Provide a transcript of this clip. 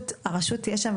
הרשות תהיה שם.